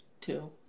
Two